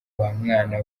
bamwana